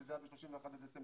שזה היה ב-31 בדצמבר,